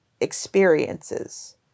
experiences